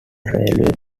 railway